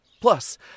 Plus